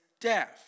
death